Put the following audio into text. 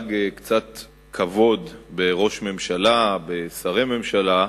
שינהג קצת כבוד בראש ממשלה, בשרי ממשלה,